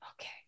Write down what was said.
Okay